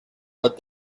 but